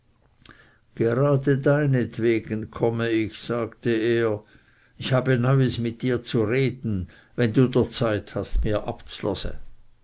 gerade deinetwegen komme ich sagte er ich habe neuis mit dir zu reden wenn du der zeit hast mir